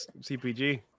CPG